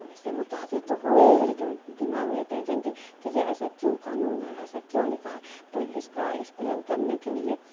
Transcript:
تو اس سے متاثر تو ہوئے ہی لیکن دماغ میں ٹینشن تھی کہ یہ ایسا کیوں قانون ہے ایسا کیوں لکھا ہے تو اس کا اکسپلین کرنے کے لیے